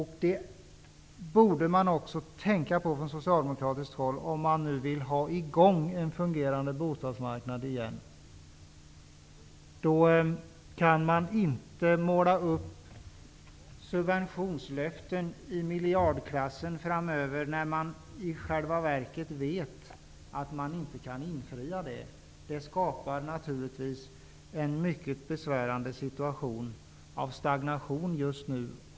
Det borde man också tänka på från socialdemokratiskt håll om man vill ha i gång en fungerande bostadsmarknad igen. Då kan man inte måla upp subventionslöften i miljardklassen framöver, när man i själva verket vet att man inte kan infria dem. Det skapar naturligtvis en mycket besvärlig situation med stagnation just nu.